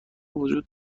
وجود